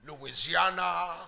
Louisiana